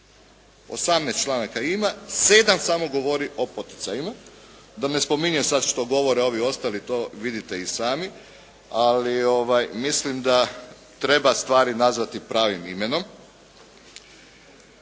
18 članaka ima, 7 samo govori o poticajima. Da ne spominjem sada što govore ovi ostali, to vidite i sami. Ali mislim da treba stvari nazvati pravim imenom.